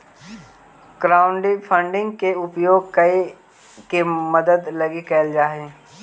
crowdfunding के उपयोग कोई के मदद लगी कैल जा हई